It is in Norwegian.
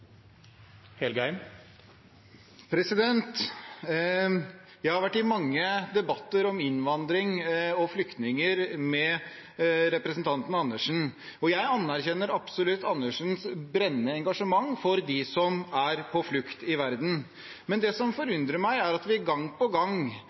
løsningen. Jeg har vært i mange debatter om innvandring og flyktninger med representanten Andersen, og jeg anerkjenner absolutt Andersens brennende engasjement for dem som er på flukt i verden. Men det som